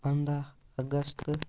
پَنٛداہ اگست